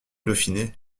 dauphiné